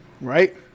Right